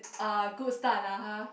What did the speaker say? a good start lah uh